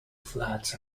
flats